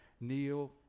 kneel